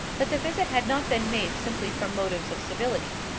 that the visit had not been made simply from motives of civility.